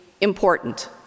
important